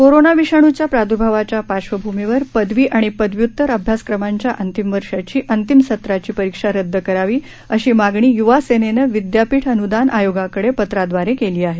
corona विषाणूच्या प्रादर्भावाच्या पार्श्वभूमीवर पदवी आणि पदव्यूतर अभ्यासक्रमांच्या अंतिम वर्षाची अंतिम सत्राची परीक्षा रदद करावी अशी मागणी युवा सेनेनं विदयापीठ अनुदान आयोगाकडे पत्राद्वारे केली आहे